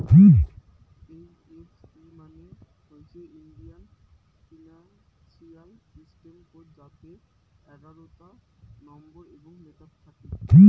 এই F C মানে হইসে ইন্ডিয়ান ফিনান্সিয়াল সিস্টেম কোড যাতে এগারোতা নম্বর এবং লেটার থাকি